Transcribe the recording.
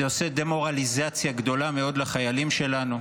זה עושה דה-מורליזציה גדולה מאוד לחיילים שלנו.